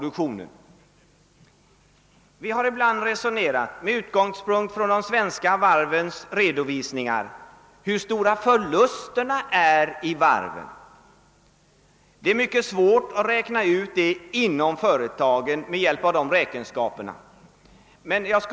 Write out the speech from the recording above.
Utifrån de svenska varvens redovisning har vi ibland resonerat om hur stora förlusterna vid varven är, men det är mycket svårt att räkna ut det med hjälp av de räkenskaper som förs inom företagen.